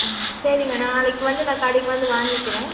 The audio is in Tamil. ஆ சரிங்க நாளைக்கு வந்து நான் கடைக்கு வந்து வாங்கிக்கிறேன்